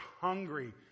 hungry